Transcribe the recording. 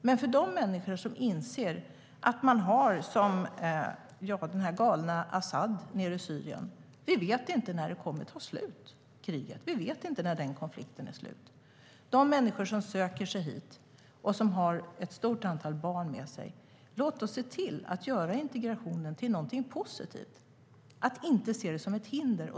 Men för de människor som inser att de inte vet när kriget kommer att ta slut - se på den galne al-Asad i Syrien - och söker sig hit, och de har ett stort antal barn med sig, låt oss se till att vi gör integrationen till något positivt, inte se den som ett hinder.